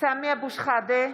סמי אבו שחאדה,